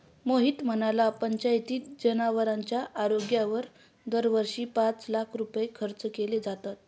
मोहित म्हणाला, पंचायतीत जनावरांच्या आरोग्यावर दरवर्षी पाच लाख रुपये खर्च केले जातात